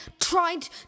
tried